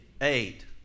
Eight